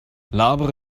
labere